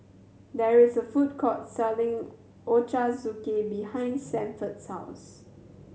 there is a food court selling Ochazuke behind Sanford's house